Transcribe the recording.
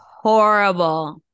horrible